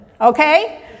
okay